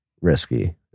risky